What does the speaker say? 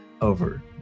over